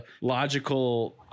logical